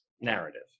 narrative